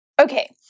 Okay